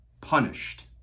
punished